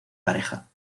pareja